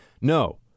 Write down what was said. No